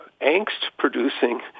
angst-producing